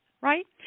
right